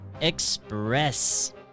Express